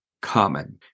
common